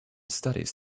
studies